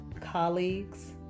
colleagues